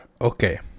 Okay